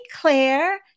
Claire